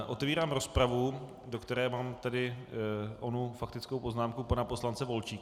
Otevírám rozpravu, do které mám onu faktickou poznámku pana poslance Volčíka.